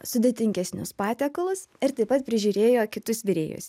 sudėtingesnius patiekalus ir taip pat prižiūrėjo kitus virėjus